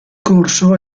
corso